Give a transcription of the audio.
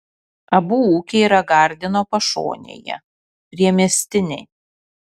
abu ūkiai yra gardino pašonėje priemiestiniai